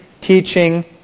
teaching